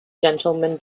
gentleman